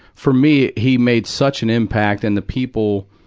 for me, he made such an impact, and the people,